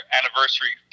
anniversary